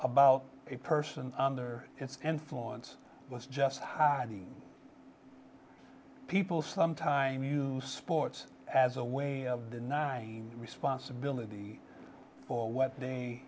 about a person under its influence was just hiding people sometimes sport as a way of denying responsibility for what they